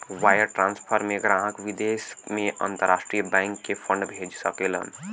wire transfer में ग्राहक विदेश में अंतरराष्ट्रीय बैंक के फंड भेज सकलन